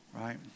right